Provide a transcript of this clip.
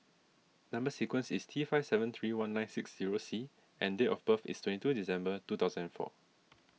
Number Sequence is T five seven three one nine six zero C and date of birth is twenty two December two thousand four